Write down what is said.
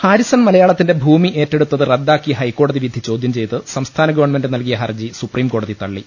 Harrison മലയാളത്തിന്റെ ഭൂമി ഏറ്റെടുത്തത് റദ്ദാക്കിയ ഹൈക്കോടതി വിധി ചോദ്യം ചെയ്ത് സംസ്ഥാന ഗവണ്മെന്റ് നൽകിയ ഹർജി സുപ്രീം കോടതി തള്ളി